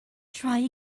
try